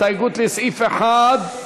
הסתייגות לסעיף 1,